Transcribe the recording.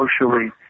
socially